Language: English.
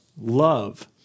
Love